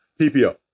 PPO